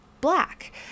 black